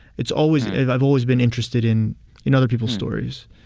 it's always i've always been interested in in other people's stories.